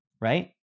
right